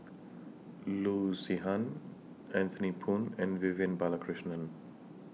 Loo Zihan Anthony Poon and Vivian Balakrishnan